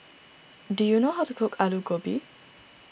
do you know how to cook Aloo Gobi